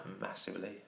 massively